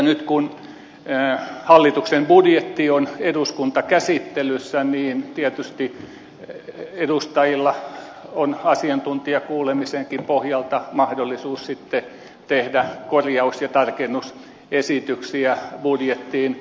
nyt kun hallituksen budjetti on eduskuntakäsittelyssä niin tietysti edustajilla on asiantuntijakuulemisenkin pohjalta mahdollisuus sitten tehdä korjaus ja tarkennusesityksiä budjettiin